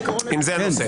בהמשך.